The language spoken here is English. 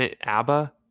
Abba